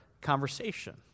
conversation